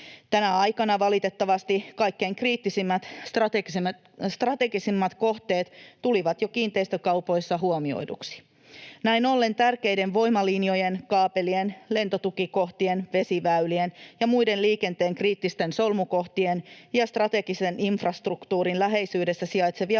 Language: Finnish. Tänä aikana valitettavasti kaikkein kriittisimmät, strategisimmat kohteet tulivat jo kiinteistökaupoissa huomioiduksi. Näin ollen tärkeiden voimalinjojen, kaapelien, lentotukikohtien, vesiväylien ja muiden liikenteen kriittisten solmukohtien ja strategisen infrastruktuurin läheisyydessä sijaitsevia